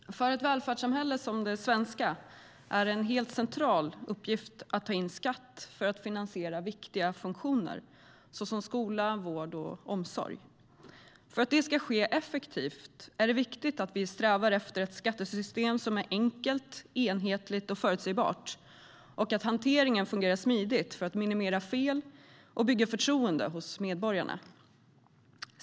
Herr ålderspresident! För ett välfärdssamhälle som det svenska är det en helt central uppgift att ta in skatt för att finansiera viktiga funktioner, såsom skola, vård och omsorg. För att det ska ske effektivt är det viktigt att vi strävar efter ett skattesystem som är enkelt, enhetligt och förutsägbart och att hanteringen fungerar smidigt för att minimera fel och bygga förtroende hos medborgarna.